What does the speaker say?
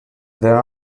there